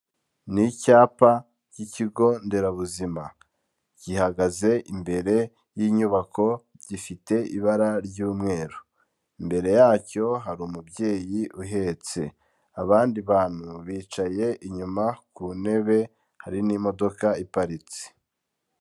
Ni icyapa k'Ikigo nderabuzima, gihagaze imbere y'inyubako gifite ibara ry'umweru, imbere yacyo hari umubyeyi uhetse, abandi bantu bicaye inyuma ku ntebe, hari n'imodoka iparitse.